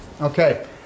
Okay